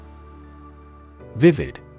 Vivid